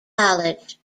college